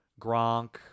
Gronk